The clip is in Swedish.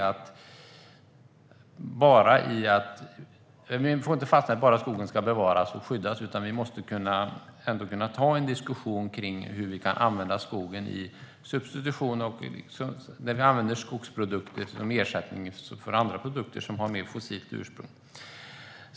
Vi kan inte bara fastna i att skogen ska bevaras och skyddas, utan vi måste kunna ta en diskussion om hur vi kan använda skogen för substitution, där vi använder skogsprodukter som ersättning för andra produkter som har ett mer fossilt ursprung.